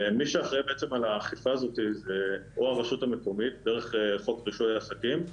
מי שאחראי על האכיפה הזאת זה או הרשות המקומית דרך חוק רישוי העסקים,